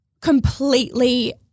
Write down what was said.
completely